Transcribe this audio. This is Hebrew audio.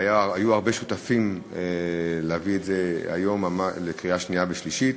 היו הרבה שותפים כדי להביא את זה היום לקריאה שנייה ושלישית.